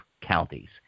Counties